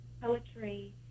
poetry